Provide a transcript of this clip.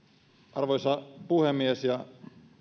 arvoisa puhemies ja